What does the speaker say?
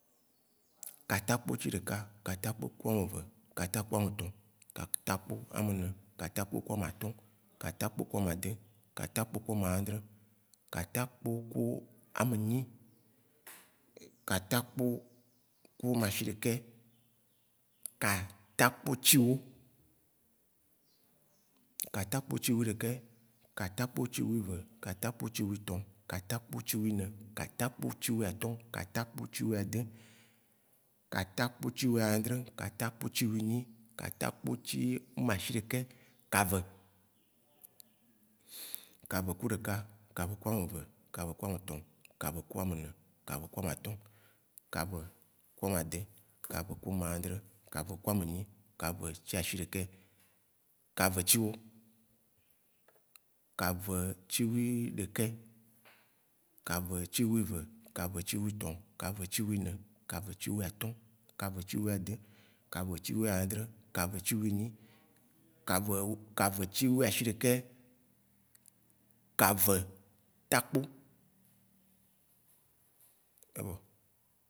Katakpo dze ɖeka, katakpo ku ameve, katakpo ametɔ, katakpo ame ne, katakpo ku amatɔ̃, katakpo ku amadẽ, katakpo ku amãdrẽ, katakpo ku amenyi, katakpo ku mashiɖeke, katakpo tsi wó, katakpo tsi woɖeke, katakpo tsi wive, katakpo tsi wive tɔ, katã kpo tsi wine, katã kpo tsi wi atɔ̃, katã kpo tsi wi ãdrẽ, katã kpo tsi wi nyi, katã kpo tsi wi ŋmashiɖeke, kave. Kave ku ɖeka, kave ku ameve, kave ku ame tɔ, kaveku ame ne, kaveku amatɔ̃, kaveku amadẽ, kaveku ŋmadrẽ, kaveku amenyi, kaveku tsia ashiɖeke, kave tsi wó. Kave tsi wi ɖekɛ, kave tsi wi ve, kave tsi wi tɔ, kave tsi wi ne, kave tsi wi atɔ̃, kave tsi wi adẽ, kave tsi wi adrẽ, kave tsi wi nyi, kave w- kave tsi wi ashiɖeke, kave takpo, evɔ.